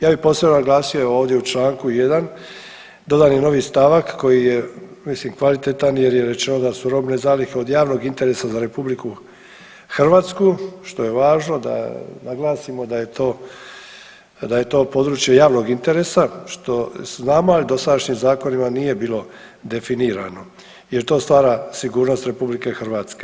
Ja bih posebno naglasio ovdje u čl. 1. dodan je novi stavak koji je mislim kvalitetan jer je rečeno da su robne zalihe od javnog interesa za RH, što je važno da naglasimo da je to područje javnog interesa što znamo, ali dosadašnjim zakonima nije bilo definirano jer to stvara sigurnost RH.